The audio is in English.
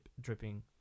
dripping